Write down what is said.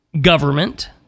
government